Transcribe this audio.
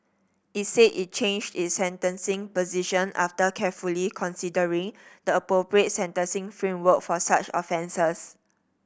it said it changed its sentencing position after carefully considering the appropriate sentencing framework for such offences